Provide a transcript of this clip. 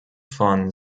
von